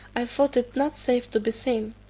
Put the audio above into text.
i thought it not safe to be seen.